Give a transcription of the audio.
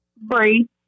Bree